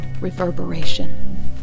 reverberation